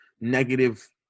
negative